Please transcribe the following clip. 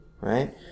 right